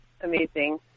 amazing